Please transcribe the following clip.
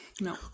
no